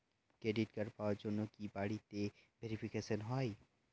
Credit card পাওয়ার জন্য কি বাড়িতে ভেরিফিকেশন হয়?